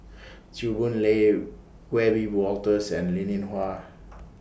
Chew Boon Lay Wiebe Wolters and Linn in Hua